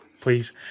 please